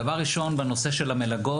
דבר ראשון, בנושא של המלגות.